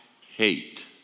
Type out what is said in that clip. hate